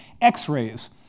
x-rays